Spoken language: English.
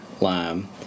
lime